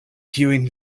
kiujn